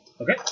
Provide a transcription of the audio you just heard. Okay